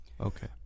Okay